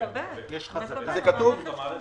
הוא מקבל.